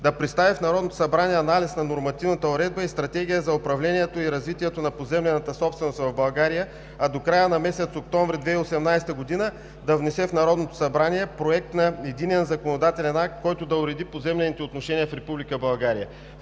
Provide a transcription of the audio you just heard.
да представи в Народното събрание, анализ на нормативната уредба и Стратегия за управлението и развитието на поземлената собственост в България, а до края на месец октомври 2018 г. да внесе в Народното събрание проект на единен законодателен акт, който да уреди поземлените отношения в Република